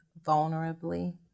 vulnerably